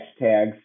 hashtags